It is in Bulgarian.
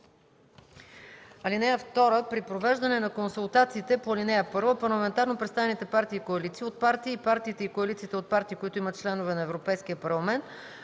комисия. (2) При провеждане на консултациите по ал. 1 парламентарно представените партии и коалиции от партии и партиите и коалициите от партии, които имат членове на Европейския парламент,